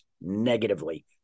negatively